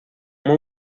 uma